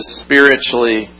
spiritually